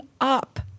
up